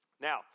Now